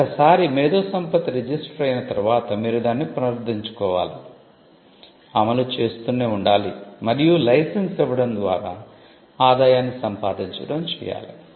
ఒక్క సారి మేధోసంపత్తి రిజిస్టర్ అయిన తర్వాత మీరు దాన్ని పునరుద్ధరించుకోవాలి అమలు చేస్తూనే ఉండాలి మరియు లైసెన్స్ ఇవ్వడం ద్వారా ఆదాయాన్ని సంపాదించడం చేయాలి